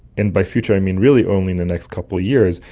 and by future i mean really only in the next couple of years,